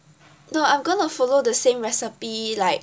no I'm going to follow the same recipe like